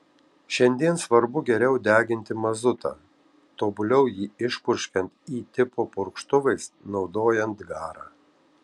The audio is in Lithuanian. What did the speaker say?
šiandien svarbu geriau deginti mazutą tobuliau jį išpurškiant y tipo purkštuvais naudojant garą